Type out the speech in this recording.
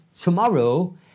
tomorrow